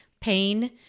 pain